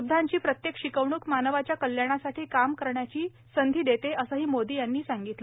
बुध्दांची प्रत्येक शिकवणुक मानवाच्या कल्याणासाठी काम करण्याची संधि देते असंही मोदी म्हणाले